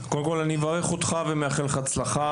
קודם כל אני מברך אותך ומאחל לך הצלחה,